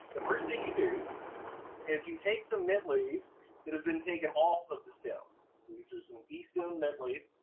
the first thing you do is you take some mint leaves that have been taken off of the stem, so these are some destemmed mint leaves,